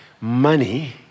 money